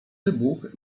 wybuch